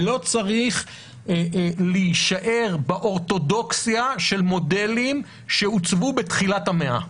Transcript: ולא צריך להישאר באורתודוכסיה של מודלים שהוצגו בתחילת המאה.